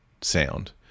sound